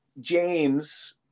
James